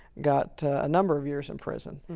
got a number of years in prison.